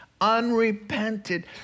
unrepented